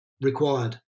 required